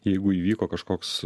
jeigu įvyko kažkoks